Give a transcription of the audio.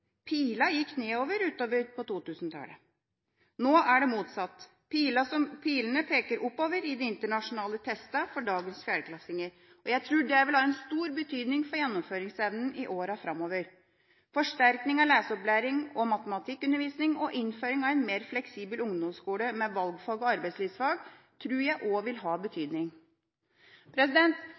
gikk nedover utover på 2000-tallet. Nå er det motsatt. Pilene peker oppover i de internasjonale testene for dagens 4.-klassinger, og jeg tror det vil ha stor betydning for gjennomføringsevnen i årene framover. Forsterking av leseopplæring og matematikkundervisning og innføring av en mer fleksibel ungdomsskole med valgfag og arbeidslivsfag tror jeg også vil ha